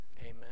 Amen